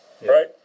Right